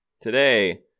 Today